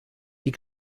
die